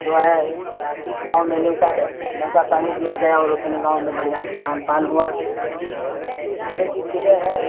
जो है गाँव में निउता न्योता पानी दिया गया और अपने गाँव में बढ़ियाँ खान पान हुआ तो इस तरह की चीज़ें हैं